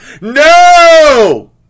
No